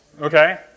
Okay